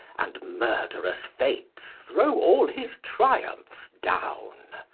and murderous fates throw all his triumphs down.